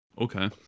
Okay